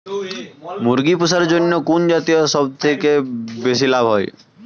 মুরগি পুষার জন্য কুন জাতীয় সবথেকে বেশি লাভ হয়?